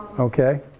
okay?